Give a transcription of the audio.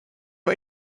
way